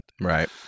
Right